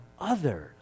others